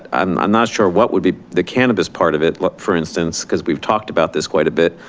um i'm not sure what would be the cannabis part of it, like for instance, because we've talked about this quite a bit.